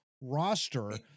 roster